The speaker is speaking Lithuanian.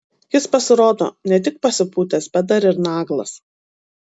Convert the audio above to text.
jis pasirodo ne tik pasipūtęs bet dar ir naglas